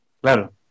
claro